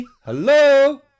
Hello